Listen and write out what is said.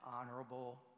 honorable